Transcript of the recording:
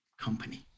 company